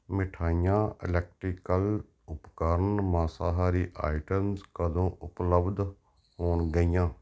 ਮਿਠਾਈਆਂ ਇਲੈਕਟ੍ਰੀਕਲ ਉਪਕਰਣ ਮਾਸਾਹਾਰੀ ਆਈਟਮਸ ਕਦੋਂ ਉਪਲੱਬਧ ਹੋਣਗੀਆਂ